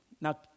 Now